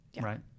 right